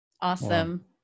Awesome